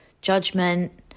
judgment